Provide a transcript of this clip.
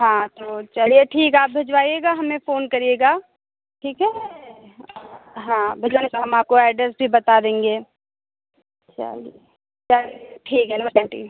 हाँ तो चलिए ठीक आप भेजवाइएगा हमें फ़ोन करिएगा ठीक है हाँ भेजवाइएगा हम आपको एड्रेस भी बता देंगे चलिए चलिए ठीक है नमस्ते आंटी